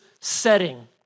setting